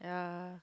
yeah